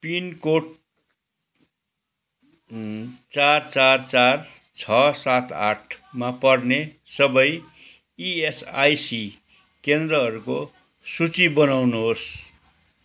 pin code चार चार चार छ सात आठमा पर्ने सबै ई एस आई सी केन्द्रहरूको सूची बनाउनुहोस्